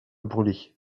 brûler